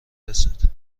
رسد